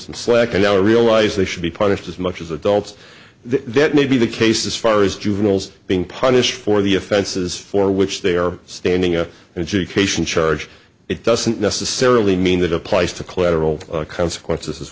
some slack and i realize they should be punished as much as adults they may be the case as far as juveniles being punished for the offenses for which they are standing up and education charge it doesn't necessarily mean that applies to collateral consequences